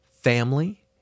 family